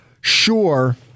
Sure